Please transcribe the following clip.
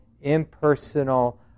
impersonal